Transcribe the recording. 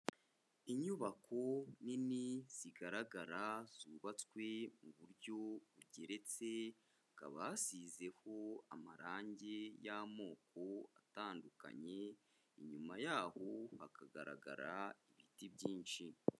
Inyubako nini zigaragara, zubatswe mu buryo bugeretse, hakaba hasizeho amarangi y'amoko atandukanye, inyuma yaho hakagaragara ibiti byinshi.